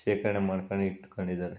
ಶೇಖರ್ಣೆ ಮಾಡ್ಕೊಂಡು ಇಟ್ಕೊಂಡಿದ್ದಾರೆ